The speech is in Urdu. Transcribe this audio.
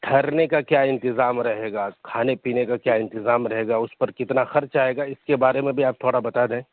ٹھہرنے کا کیا انتظام رہے گا کھانے پینے کا کیا انتظام رہے گا اس پر کتنا خرچ آئے گا اس کے بارے میں بھی آپ تھوڑا بتا دیں